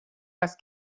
است